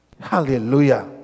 Hallelujah